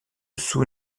sous